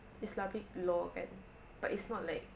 islamic law kan but it's not like